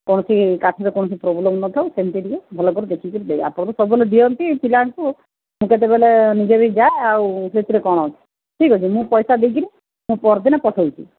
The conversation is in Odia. କୌଣସି କାଠରେ କୌଣସି ପ୍ରୋବ୍ଲେମ୍ ନଥାଉ ସେମତି ଟିକେ ଭଲକରି ଦେଖିକରି ଦେବେ ଆପଣ ତ ସବୁବେଳେ ଦିଅନ୍ତି ପିଲାଙ୍କୁ ମୁଁ କେତେବେଳେ ନିଜେ ବି ଯାଏ ଆଉ ସେଥିରେ କ'ଣ ଅଛି ଠିକ୍ ଅଛି ମୁଁ ପଇସା ଦେଇକରି ମୁଁ ପହରଦିନ ପଠାଉଛି